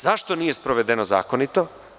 Zašto nije sprovedeno zakonito?